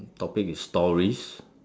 topic is stories